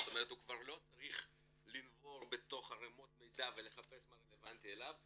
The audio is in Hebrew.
זאת אומרת הוא כבר לא צרך לנבור בתוך ערימות מידע ולחפש מה רלבנטי אליו,